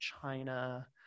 china